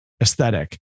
aesthetic